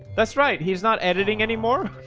that's right. he's not editing anymore